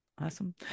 Awesome